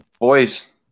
boys